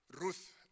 Ruth